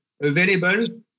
available